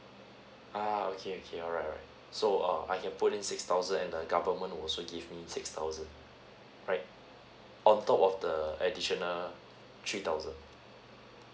ah okay okay alright alright so uh you put in six thousand and the government will also give me six thousand right on top of the additional three thousand